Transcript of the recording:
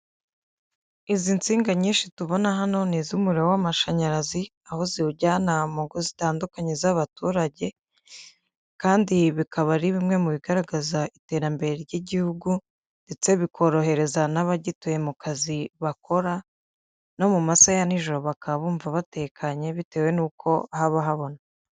Izi nsinga nyinshi tubona hano ni iz'umuriro w'amashanyarazi aho ziwujyana mu ngo zitandukanye z'abaturage, kandi ibi bikaba ari bimwe mu bigaragaza iterambere ry'igihugu ndetse bikorohereza n'abagituye mu kazi bakora, no mu masaha ya nijoro bakaba bumva batekanye bitewe n'uko haba habona.